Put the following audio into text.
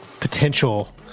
potential